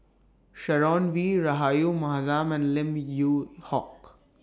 Sharon Wee Rahayu Mahzam and Lim Yew Hock